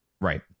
Right